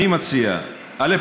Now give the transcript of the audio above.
אני מציע, א.